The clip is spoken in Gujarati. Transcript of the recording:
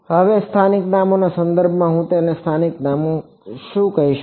હવે સ્થાનિક નામોના સંદર્ભમાં હું તેને સ્થાનિક નામો શું કહી શકું